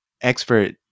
expert